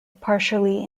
partially